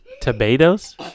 Tomatoes